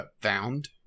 found